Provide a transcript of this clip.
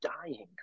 dying